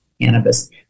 cannabis